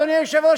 אדוני היושב-ראש,